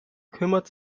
kümmert